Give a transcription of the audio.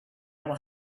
will